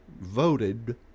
voted